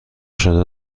شده